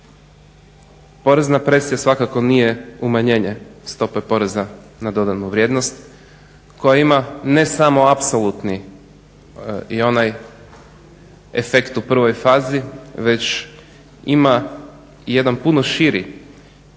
Porezna presija svakako nije umanjenje stope poreza na dodanu vrijednost koja ima ne samo apsolutni i onaj efekt u prvoj fazi već ima jedan puno širi